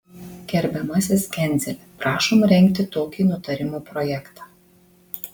gerbiamasis genzeli prašom rengti tokį nutarimo projektą